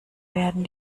werden